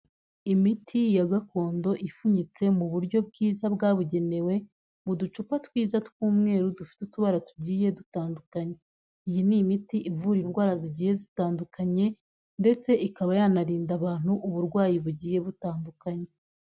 Imiti ya gakondo ifunyitse mu buryo bwiza bwabugenewe, mu ducupa twiza tw'umweru dufite utubara tugiye dutandukanye, iyi ni imiti ivura indwara zigiye zitandukanye ndetse ikaba yanarinda abantu uburwayi bugiye butandukanye.